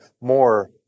more